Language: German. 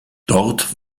dort